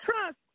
trust